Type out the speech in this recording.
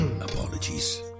apologies